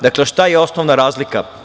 Dakle šta je osnovna razlika?